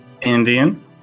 Indian